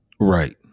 right